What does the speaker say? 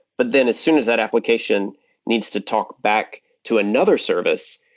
but then as soon as that application needs to talk back to another service,